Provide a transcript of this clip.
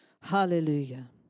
Hallelujah